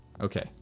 okay